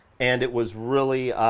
and it was really,